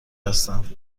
هستند